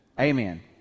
Amen